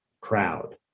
crowd